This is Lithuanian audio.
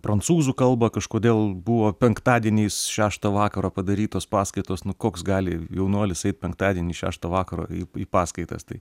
prancūzų kalba kažkodėl buvo penktadieniais šeštą vakaro padarytos paskaitos nu koks gali jaunuolis eit penktadienį šeštą vakaro į į paskaitas tai